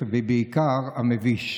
הוא וחבריו, אין להם לאיפה ללכת.